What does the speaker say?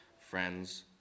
friends